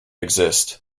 exist